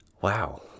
wow